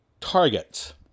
targets